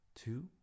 Two